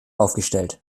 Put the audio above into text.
aufgestellt